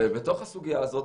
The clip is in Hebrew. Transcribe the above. בתוך הסוגיה הזאת,